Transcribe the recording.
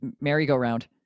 merry-go-round